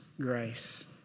grace